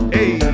Hey